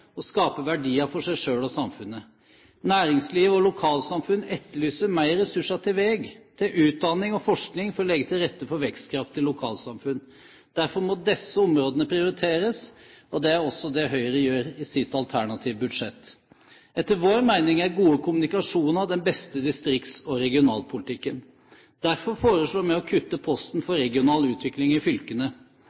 og skape verdier for seg selv og samfunnet. Næringsliv og lokalsamfunn etterlyser mer ressurser til vei, utdanning og forskning for å legge til rette for vekstkraftige lokalsamfunn. Derfor må disse områdene prioriteres, og det er også det Høyre gjør i sitt alternative budsjett. Etter vår mening er gode kommunikasjoner den beste distrikts- og regionalpolitikken. Derfor foreslår vi å kutte posten for regional utvikling i fylkene.